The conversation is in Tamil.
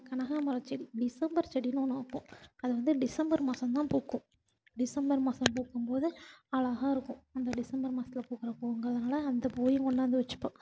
கனகாம்பரம் செடி டிசம்பர் செடின்னு ஒன்று வைப்போம் அது வந்து டிசம்பர் மாதம் தான் பூக்கும் டிசம்பர் மாதம் பூக்கும்போது அழகா இருக்கும் அந்த டிசம்பர் மாசத்தில் பூக்கிற பூவுங்கறதினால அந்த பூவையும் கொண்டாந்து வச்சுப்போம்